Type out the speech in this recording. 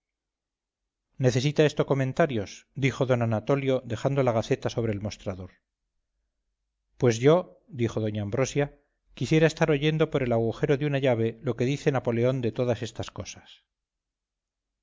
necesita esto comentarios dijo don anatolio dejando la gaceta sobre el mostrador pues yo dijo doña ambrosia quisiera estar oyendo por el agujero de una llave lo que dice napoleón de todas estas cosas